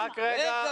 רגע.